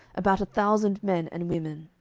about a thousand men and women.